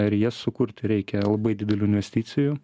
ir jas sukurti reikia labai didelių investicijų